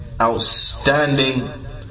outstanding